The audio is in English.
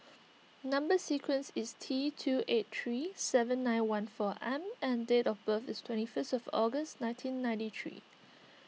Number Sequence is T two eight three seven nine one four M and date of birth is twenty first of August nineteen ninety three